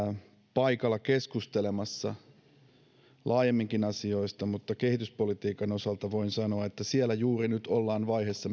paikalla keskustelemassa laajemminkin asioista mutta kehityspolitiikan osalta voin sanoa että siellä juuri nyt ollaan vaiheessa